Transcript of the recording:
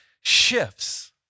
shifts